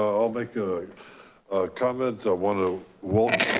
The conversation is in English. ah i'll make good comments. i wanna welcome